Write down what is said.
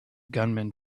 gunman